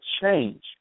change